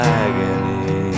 agony